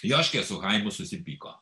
joškė su chaimu susipyko